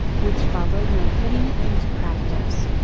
which followed my putting it into practice.